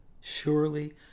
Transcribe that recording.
Surely